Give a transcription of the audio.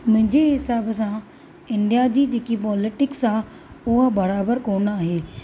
मुंजे हिसाब सां इंडिया जी जेकी पॉलिटिक्स आहे उहा बराबरि कोन आहे